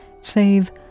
save